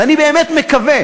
ואני באמת מקווה